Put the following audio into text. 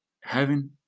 heaven